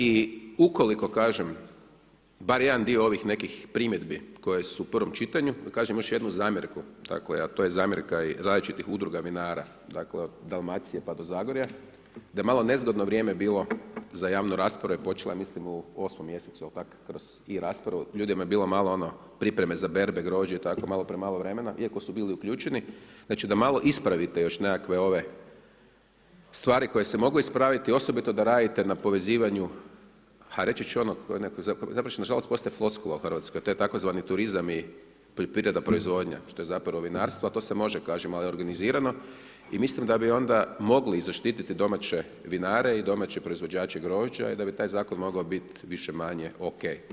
I ukoliko kažem, barem jedan dio ovih nekih primjedbi koje su u prvom čitanju, da kažem još jednu zamjerku, dakle, a to je zamjerka različitih udruga vinara, dakle, Dalmacije pa do Zagorja, da je malo nezgodno vrijeme bilo, za javnu raspravu je počelo, ja mislim u 8 mj. ili tako kroz i-raspravu, ljudima je bilo malo ono pripreme za berbe grožđe i tako, malo premalo vremena iako su bili uključeni, da malo ispravite još nekakve ove stvari koje su se mogle ispraviti, osobito da radite na povezivanju, a reći ću ono, to nažalost postaje floskula u Hrvatskoj, to je tzv. turizam i poljoprivreda, proizvodnja, što je zapravo vinarstvo, ali to se može, kažem, organizirano i mislim da bi onda mogli zaštiti domaće vinare i domaće proizvođače grožđa i da bi taj zakon mogao biti, više-manje ok.